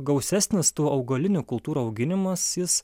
gausesnis tų augalinių kultūrų auginimas jis